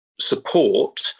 support